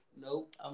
nope